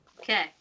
Okay